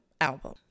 album